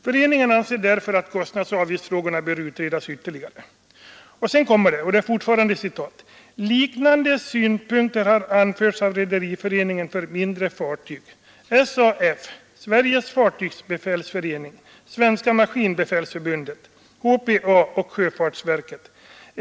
Föreningen anser därför att kostnadsoch avgiftsfrågorna bör utredas ytterligare.” Och sedan heter det: ”Liknande synpunkter har anförts av Rederiföreningen för mindre fartyg, SAF, Sveriges fartygsbefälsförening, Svenska 139 maskinbefälsförbundet, HPA och sjöfartsverket.